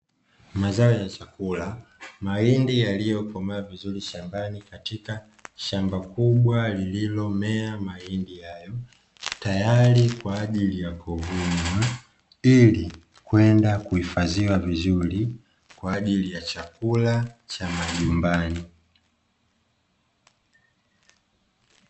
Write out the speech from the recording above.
Mazao ya chakula mahindi yaliyokomaa vizuri shambani katika shamba kubwa lililomea mahindi hayo, tayari kwa ajili ya kuvunwa ili kwenda kuhifadhiwa vizuri kwa ajili ya chakula cha majumbani.